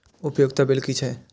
उपयोगिता बिल कि छै?